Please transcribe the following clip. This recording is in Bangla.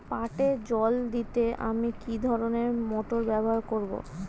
পাটে জল দিতে আমি কি ধরনের মোটর ব্যবহার করব?